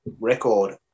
record